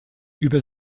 über